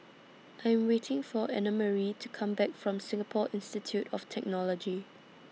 I Am waiting For Annamarie to Come Back from Singapore Institute of Technology